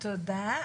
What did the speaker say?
תודה.